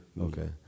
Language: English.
Okay